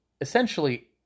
essentially